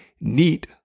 NEAT